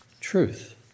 truth